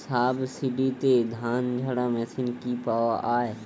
সাবসিডিতে ধানঝাড়া মেশিন কি পাওয়া য়ায়?